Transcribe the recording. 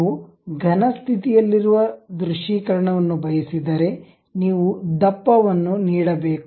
ನೀವು ಘನಸ್ಥಿತಿಯಲ್ಲಿರುವ ದೃಶ್ಯೀಕರಣವನ್ನು ಬಯಸಿದರೆ ನೀವು ದಪ್ಪವನ್ನು ನೀಡಬೇಕು